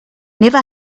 never